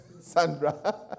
Sandra